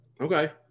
Okay